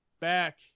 back